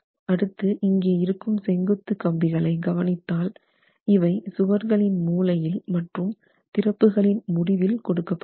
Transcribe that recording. அடுத்து இங்கே இருக்கும் செங்குத்து கம்பிகளை கவனித்தால் இவை சுவர்களின் மூலையில் மற்றும் திறப்புகளின் முடிவில் கொடுக்க படுகிறது